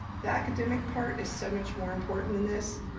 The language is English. the academic part is so much more important than this.